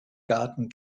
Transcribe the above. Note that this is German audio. garten